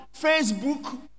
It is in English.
Facebook